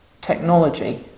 technology